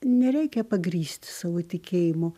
nereikia pagrįsti savo tikėjimo